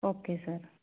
okay sir